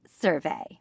survey